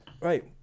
Right